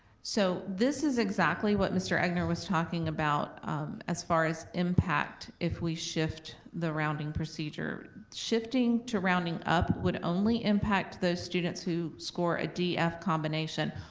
so this is exactly what mr. egnor was talking about as far as impact if we shift the rounding procedure. shifting to rounding up would only impact those students who score a d f combination.